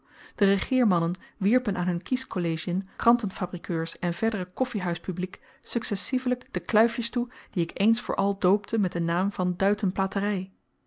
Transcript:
regeermannen wierpen aan hun kieskollegien krantenfabrikeurs en verder koffihuispubliek successievelyk de kluifjes toe die ik eens voor al doopte met den naam van